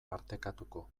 partekatuko